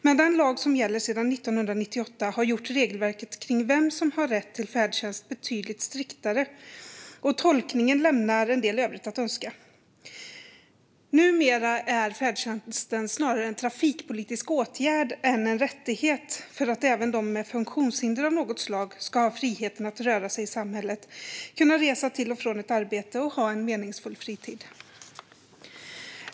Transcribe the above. Men den lag som gäller sedan 1998 har gjort regelverket kring vem som har rätt till färdtjänst betydligt striktare, och tolkningen lämnar en del övrigt att önska. Numera är färdtjänsten snarare en trafikpolitisk åtgärd än en rättighet för att även de med funktionshinder av något slag ska ha friheten att röra sig i samhället och kunna resa till och från ett arbete och ha en meningsfull fritid.